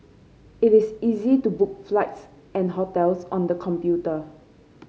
it is easy to book flights and hotels on the computer